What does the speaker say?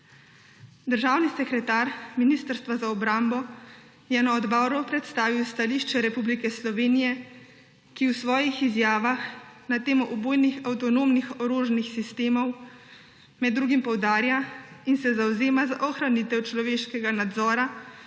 Državni sekretar Ministrstva za obrambo je na odboru predstavil stališče Republike Slovenije, ki v svojih izjavah na temo ubojnih avtonomnih orožnih sistemov med drugim poudarja in se zavzema za ohranitev človeškega nadzora